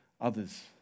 others